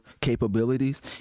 capabilities